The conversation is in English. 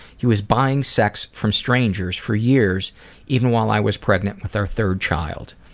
he was buying sex from strangers for years even while i was pregnant with our third child.